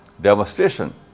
demonstration